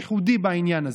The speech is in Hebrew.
ייחודי בעניין הזה.